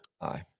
aye